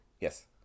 Yes